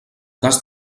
cas